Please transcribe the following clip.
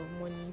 money